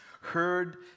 heard